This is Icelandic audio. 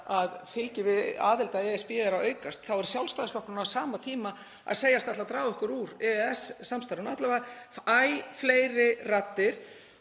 að fylgi við aðild að ESB sé að aukast heldur er Sjálfstæðisflokkurinn á sama tíma að segjast ætla að draga okkur úr EES-samstarfinu, alla vega æ fleiri raddir.